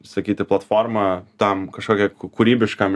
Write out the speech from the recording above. sakyti platforma tam kažkokia kūrybiškam